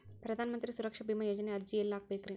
ಪ್ರಧಾನ ಮಂತ್ರಿ ಸುರಕ್ಷಾ ಭೇಮಾ ಯೋಜನೆ ಅರ್ಜಿ ಎಲ್ಲಿ ಹಾಕಬೇಕ್ರಿ?